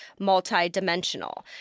multidimensional